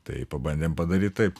tai pabandėm padaryt taip